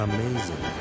Amazing